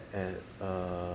and err